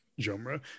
Genre